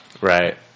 right